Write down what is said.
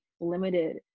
limited